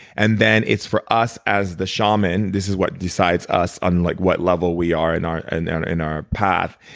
and then, it's for us as the shaman, this is what decides us on like what level we are in our and in our path.